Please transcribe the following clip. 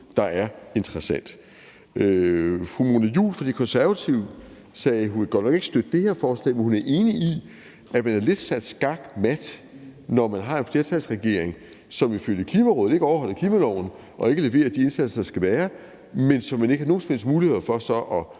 der er interessant. Fru Mona Juul fra De Konservative sagde, at hun godt nok ikke ville støtte det her forslag, men hun er enig i, at man lidt er sat skakmat, når man har en flertalsregering, som ifølge Klimarådet ikke overholder klimaloven og ikke leverer de indsatser, der skal være, men som man ikke har nogen som helst muligheder for så at